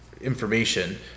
information